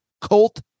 Colt